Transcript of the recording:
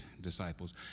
disciples